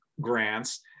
grants